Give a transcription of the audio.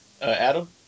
Adam